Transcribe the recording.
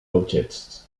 objects